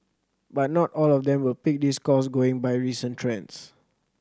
but not all of them will pick this course going by recent trends